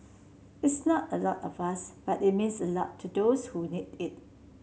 it's not a lot of us but it means a lot to those who need it